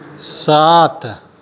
सात